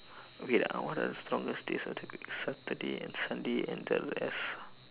wait ah what are the strongest days of the week saturday sunday and the rest